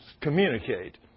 communicate